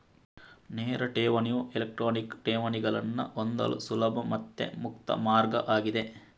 ನೇರ ಠೇವಣಿಯು ಎಲೆಕ್ಟ್ರಾನಿಕ್ ಠೇವಣಿಗಳನ್ನ ಹೊಂದಲು ಸುಲಭ ಮತ್ತೆ ಮುಕ್ತ ಮಾರ್ಗ ಆಗಿದೆ